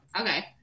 Okay